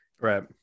Right